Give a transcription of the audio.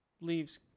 Leaves